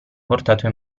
portato